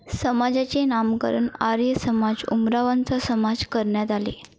समाजाचे नामकरण आर्य समाज उमरावंचा समाज करण्यात आले